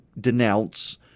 denounce